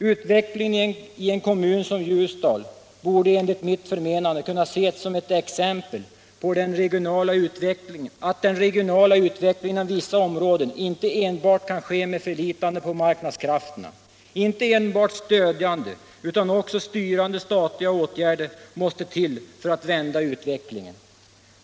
Utvecklingen i en kommun som Ljusdal borde enligt mitt förmenande kunna ses som ett exempel på att den regionala utvecklingen inom vissa områden inte enbart kan ske med förlitande på marknadskrafterna. Inte enbart stödjande utan också styrande statliga åtgärder måste till för att vända utvecklingen.